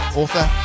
author